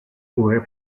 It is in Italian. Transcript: cure